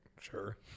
Sure